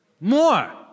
More